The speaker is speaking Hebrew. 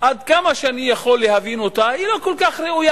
עד כמה שאני יכול להבין אותה, היא לא כל כך ראויה.